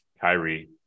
Kyrie